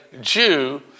Jew